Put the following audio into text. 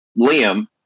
Liam